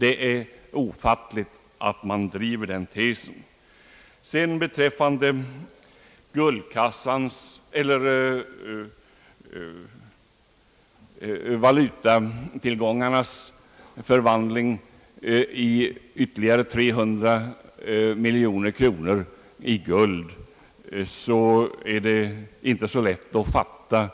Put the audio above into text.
Det är ofattbart att man driver den tesen. Vad beträffar förslaget att ytterligare 300 miljoner kronor av våra valutatillgångar skulle förvandlas till guld, vill jag säga att